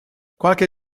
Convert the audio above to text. qualche